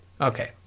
Okay